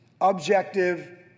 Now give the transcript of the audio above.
objective